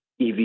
EV